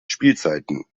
spielzeiten